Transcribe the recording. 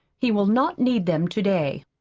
he will not need them to-day.